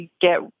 get